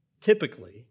typically